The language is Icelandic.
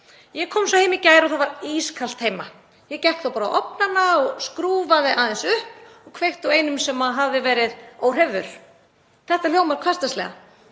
Ég kom svo heim í gær og það var ískalt heima. Ég gekk þá bara á ofnana og skrúfaði aðeins upp og kveikti á einum sem hafði verið óhreyfður. Þetta hljómar hversdagslega